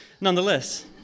nonetheless